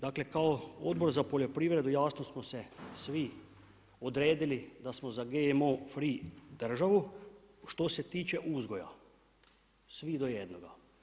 Dakle, kao Odbor za poljoprivredu jasno smo se svi odredili da smo za GMO free državu što se tiče uzgoja svi do jednoga.